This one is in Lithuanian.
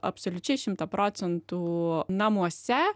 absoliučiai šimtą procentų namuose